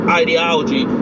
ideology